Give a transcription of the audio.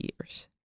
years